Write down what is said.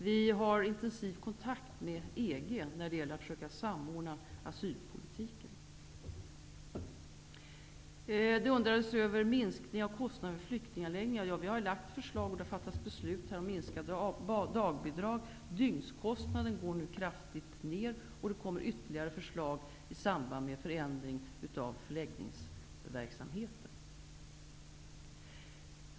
Vi har in tensiv kontakt med EG för att försöka samordna asylpolitiken. Det frågades om minskning av kostnader för flyktinganläggningar. Det har lagts fram förslag, och det har fattats beslut om minskade dagbidrag. Dygnskostnaden går nu kraftigt ner, och det kom mer ytterligare förslag i samband med förändring av förläggningsverksamheten.